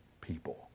people